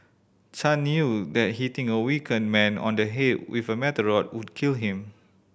Chan knew that hitting a weakened man on the head with a metal rod would kill him